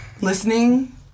listening